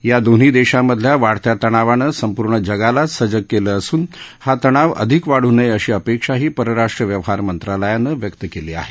या दोन्ही देशांमधल्या वाढत्या तणावानं संपूर्ण जगालाच सजग केलं असून हा तणाव अधिक वाढू नये अशी अपेक्षाही परराष्ट्र व्यवहार मंत्रालयानं व्यक्त केली आहे